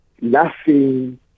laughing